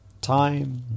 Time